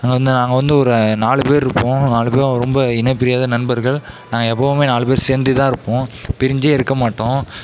அங்கே வந்து நாங்கள் வந்து ஒரு நாலு பேர் இருப்போம் நாலு பேரும் ரொம்ப இணைப்பிரியாத நண்பர்கள் நாங்கள் எப்போவுமே நாலு பேரும் சேர்ந்துதான் இருப்போம் பிரிஞ்சே இருக்க மாட்டோம்